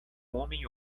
homem